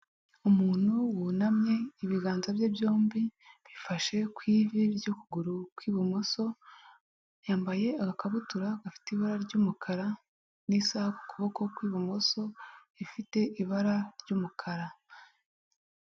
Umuntu wunamye ibiganza bye byombi bifashe ku ivi ry'ukuguru kw'ibumoso, yambaye agakabutura gafite ibara ry'umukara n'isaha ku kuboko kw'ibumoso ifite ibara ry'umukara.